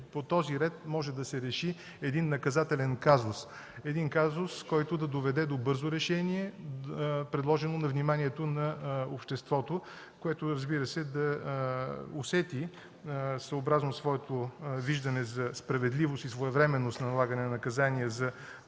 по този ред може да се реши един наказателен казус. Един казус, който да доведе до бързо решение, предложено на вниманието на обществото, което, разбира се, да усети, съобразно своето виждане за справедливост и своевременност на налагане на наказание за